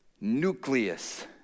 nucleus